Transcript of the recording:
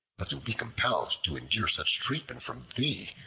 but to be compelled to endure such treatment from thee,